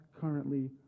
currently